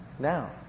Now